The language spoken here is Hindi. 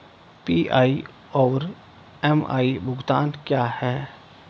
पी.आई और एम.आई भुगतान क्या हैं?